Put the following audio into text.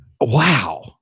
Wow